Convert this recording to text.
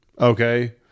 Okay